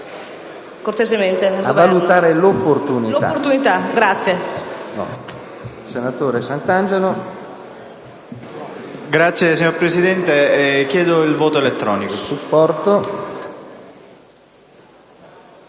a valutare l’opportunitadi